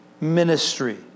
ministry